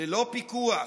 ללא פיקוח,